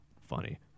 funny